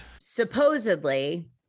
Supposedly-